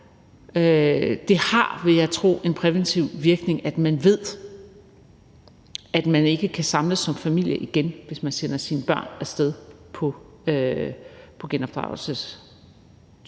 Det har, vil jeg tro, en præventiv virkning, at man ved, at man ikke kan samles som familie igen, hvis man sender sine børn af sted på genopdragelsestur;